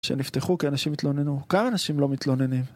שנפתחו כי אנשים מתלוננו, כמה אנשים לא מתלוננים?